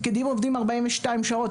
פקידים עובדים ארבעים ושתיים שעות,